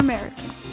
Americans